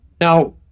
Now